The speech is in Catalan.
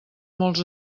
molts